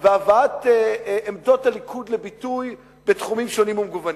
והבאת עמדות הליכוד לביטוי בתחומים שונים ומגוונים.